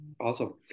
awesome